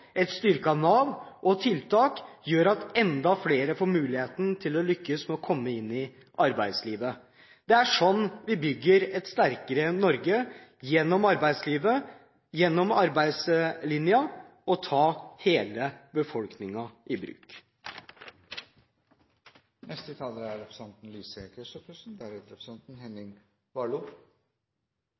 et styrket Nav og tiltak får enda flere muligheten til å lykkes med å komme inn i arbeidslivet. Det er sånn vi bygger et sterkere Norge – gjennom arbeidslivet, gjennom arbeidslinjen, ved å ta hele befolkningen i